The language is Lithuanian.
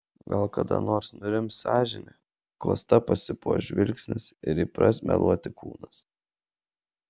gal kada nors nurims sąžinė klasta pasipuoš žvilgsnis ir įpras meluoti kūnas